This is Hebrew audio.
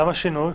למה שינו?